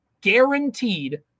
guaranteed